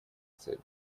цель